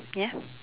ya